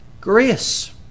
Grace